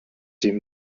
sie